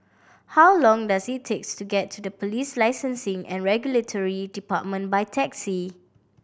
how long does it takes to get to Police Licensing and Regulatory Department by taxi